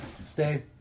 Stay